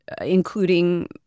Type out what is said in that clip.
including